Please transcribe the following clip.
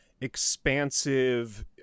expansive